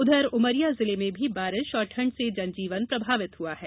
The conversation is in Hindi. उधर उमरिया जिले में भी बारिश और ठंड से जनजीवन प्रभावित हुआ है